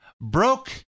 broke